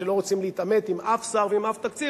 כשלא רוצים להתעמת עם אף שר ועם אף תקציב,